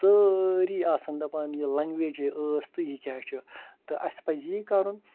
سٲرِی آسَن دَپان یہِ لنٛگویج ہَے ٲسۍ تہٕ یہِ کیٛاہ چھِ تہٕ اَسہِ پَزِ یی کَرُن